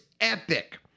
epic